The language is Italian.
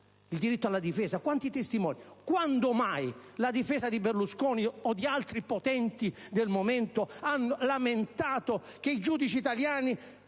al diritto alla difesa, quanti testimoni? Quando mai la difesa di Berlusconi o di altri potenti del momento ha lamentato che i giudici italiani